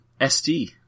SD